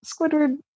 Squidward